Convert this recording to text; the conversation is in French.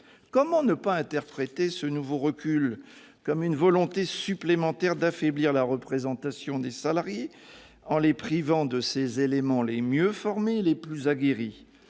Comment ne pas interpréter ce nouveau recul comme une traduction supplémentaire de la volonté d'affaiblir la représentation des salariés, en la privant de ses éléments les mieux formés et les plus aguerris